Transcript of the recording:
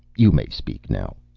you may speak now.